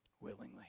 Willingly